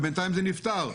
בינתיים זה נפתר.